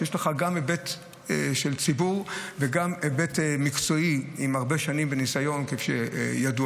ויש לך גם היבט של ציבור וגם היבט מקצועי עם הרבה שנים וניסיון ידוע,